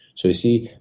so you see,